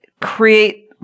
create